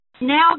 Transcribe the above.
Now